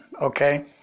Okay